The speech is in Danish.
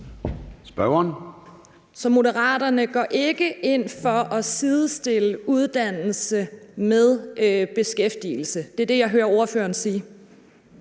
Så Moderaterne går ikke ind for at sidestille uddannelse med beskæftigelse? Det er det, jeg hører ordføreren sige.